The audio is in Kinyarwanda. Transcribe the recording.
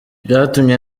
byatumye